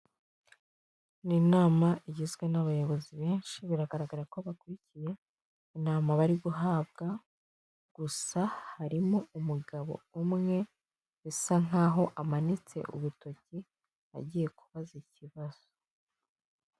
N' inama igizwe n'abayobozi benshi, biragaragara ko bakurikiye, inama bari guhabwa gusa harimo umugabo umwe, bisa nkaho amanitse urutoki agiye kubaza ikibazo.